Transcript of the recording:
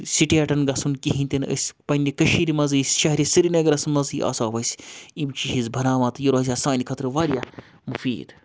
سٕٹیٹَن گژھُن کِہیٖنۍ تہِ نہٕ أسۍ پنٛنہِ کٔشیٖرِ منٛزٕے شہرِ سرینَگرَس منٛزٕے آسہَو أسۍ یِم چیٖز بَناوان تہٕ یہِ روزِ ہا سانہِ خٲطرٕ واریاہ مُفیٖد